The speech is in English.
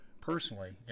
personally